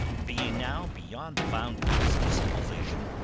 being now beyond the boundaries of civilization,